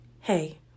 Hey